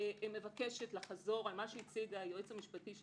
מבקשת לחזור על מה שהציג היועץ המשפטי של